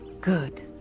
Good